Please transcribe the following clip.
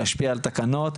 להשפיע על תקנות,